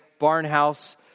Barnhouse